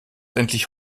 endlich